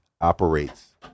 operates